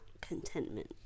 contentment